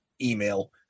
email